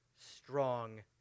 strong